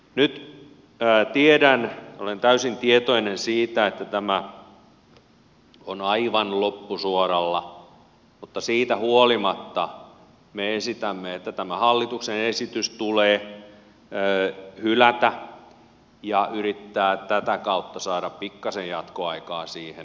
nyt olen täysin tietoinen siitä että tämä on aivan loppusuoralla mutta siitä huolimatta me esitämme että tämä hallituksen esitys tulee hylätä ja yrittää tätä kautta saada pikkasen jatkoaikaa siihen